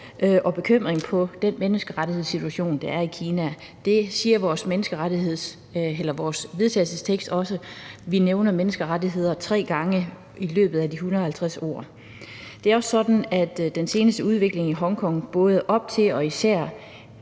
og bekymring på den menneskerettighedssituation, der er i Kina. Det står der også i vores forslag til vedtagelse. Vi nævner ordet menneskerettigheder tre gange i løbet af de 150 ord. Det er også sådan, at den seneste udvikling i Hongkong, både op til og især